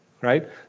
right